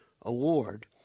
award